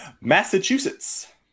Massachusetts